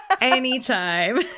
anytime